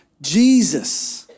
Jesus